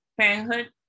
parenthood